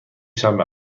شنبه